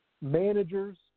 managers